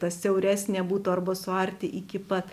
ta siauresnė būtų arba suarti iki pat